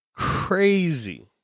Crazy